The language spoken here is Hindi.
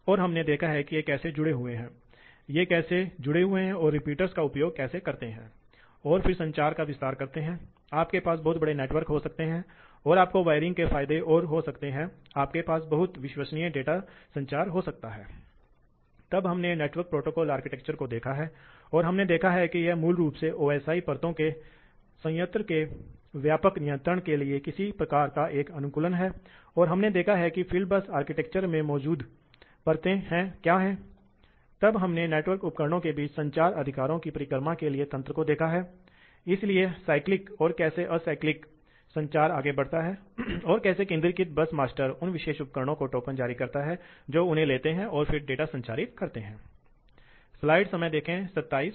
किसी भी तरह से वे ठीक बिंदु हैं इसलिए हमारे पास इस पाठ में जो कुछ भी है वह है हमने फैन और पंप विशेषताओं को देखा है हमने लोड विशेषताओं और लोड प्रोफाइल को देखा है और हमने दो प्रकार के नियंत्रण के लिए देखा है फैन आउटलेट स्पंज और पंप थ्रॉटलिंग नियंत्रण के लिए और पंप और फैन के लिए हमने चर गति नियंत्रण देखा है और हमने इन नियंत्रण योजनाओं की ऊर्जा विशेषताओं को देखा है और हमारे पास है मेरा मतलब है कि ऊर्जा बचत अधिकार का एक विचार है